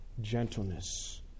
gentleness